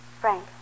Frank